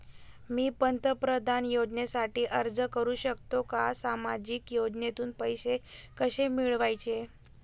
मी पंतप्रधान योजनेसाठी अर्ज करु शकतो का? सामाजिक योजनेतून पैसे कसे मिळवायचे